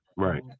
Right